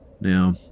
Now